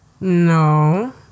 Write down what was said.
No